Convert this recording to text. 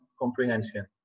comprehension